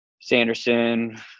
Sanderson